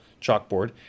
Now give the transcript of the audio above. chalkboard